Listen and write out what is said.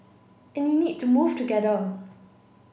and you need to move together